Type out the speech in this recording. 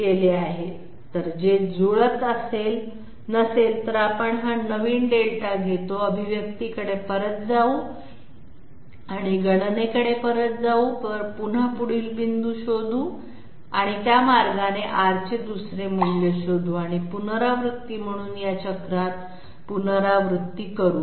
जर ते जुळत नसेल तर आपण हा नवीन δ घेतो अभिव्यक्तीकडे परत जाऊ आणि गणनेकडे परत जाऊ पुन्हा पुढील बिंदू शोधू आणि त्या मार्गाने R चे दुसरे मूल्य शोधू आणि पुनरावृत्ती म्हणून या चक्रात पुनरावृत्ती करू